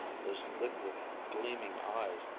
those liquid gleaming eyes,